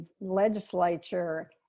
legislature